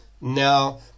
now